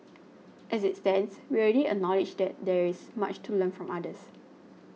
as it stands we already acknowledge that there is much to learn from others